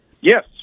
yes